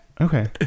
Okay